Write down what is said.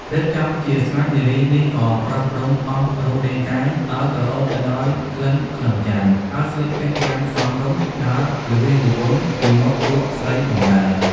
រៀបចំជាស្រេចនារីនេះក៏ប្រោះព្រំអស់រូបរាងកាយ ឲ្យក្រអូបទៅដោយក្លិនខ្លឹមចន្ទន៍ ហើយស្លៀកពាក់យ៉ាងសមរម្យ ដើរល្វាសល្វន់ពីមុខពួកស្រីបម្រើ ។